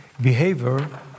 behavior